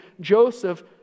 Joseph